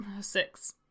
six